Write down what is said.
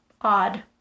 odd